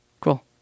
cool